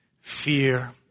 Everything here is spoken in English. fear